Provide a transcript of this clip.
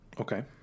Okay